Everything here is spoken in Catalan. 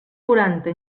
quaranta